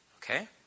Okay